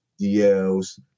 DLs